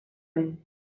him